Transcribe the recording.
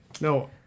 no